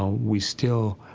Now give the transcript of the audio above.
ah we still,